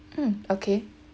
mm okay